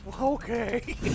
Okay